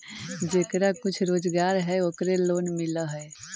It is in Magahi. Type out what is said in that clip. जेकरा कुछ रोजगार है ओकरे लोन मिल है?